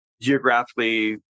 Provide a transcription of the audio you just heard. geographically